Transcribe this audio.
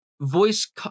voice